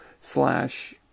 slash